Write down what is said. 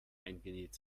eingenäht